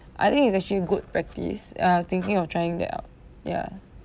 I think it's actually good practise and I was thinking of trying that out yeah